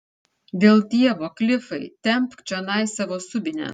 dėl dievo klifai tempk čionai savo subinę